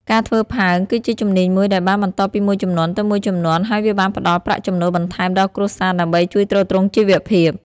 ការធ្វើផើងគឺជាជំនាញមួយដែលបានបន្តពីមួយជំនាន់ទៅមួយជំនាន់ ហើយវាបានផ្តល់ប្រាក់ចំណូលបន្ថែមដល់គ្រួសារដើម្បីជួយទ្រទ្រង់ជីវភាព។